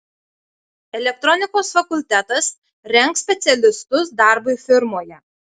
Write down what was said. elektronikos fakultetas rengs specialistus darbui firmoje